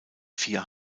vier